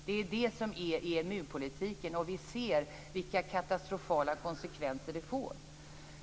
Det är det som är EMU-politiken, och vi ser vilka katastrofala konsekvenser det får.